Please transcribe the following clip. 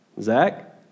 Zach